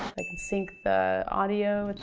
i can sync the audio to